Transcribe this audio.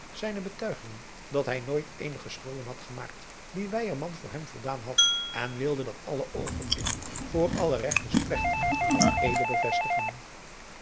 blommesteyn zijne betuigingen dat hij nooit eenige schulden had gemaakt die weyerman voor hem voldaan had en wilde dat alle oogenblikken voor alle regters plegtig met eede bevestigen